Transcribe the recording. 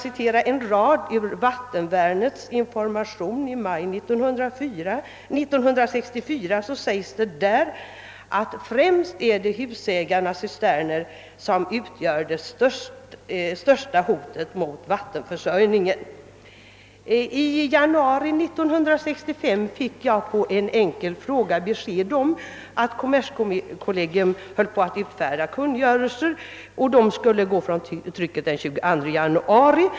I »Vattenvärnets» information i maj 1964 säges det också: »Främst är det husägarnas cisterner som utgör det största hotet mot vattenförsörjningen.» I januari 1965 fick jag på en enkel fråga svaret att kommerskollegium höll på att utfärda kungörelser, vilka skulle utkomma från trycket den 22 januari.